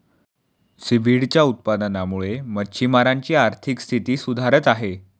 सीव्हीडच्या उत्पादनामुळे मच्छिमारांची आर्थिक स्थिती सुधारत आहे